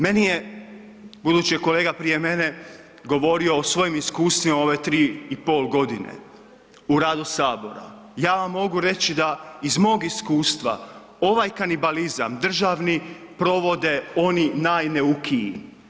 Meni je, budući je kolega prije mene govorio o svojim iskustvima u ove tri i pol godine u radu Sabora, ja vam mogu reći da iz mog iskustva ovaj kanibalizam državni provode oni najneukiji.